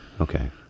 okay